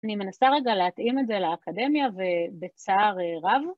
‫אני מנסה רגע להתאים את זה ‫לאקדמיה, ובצער רב.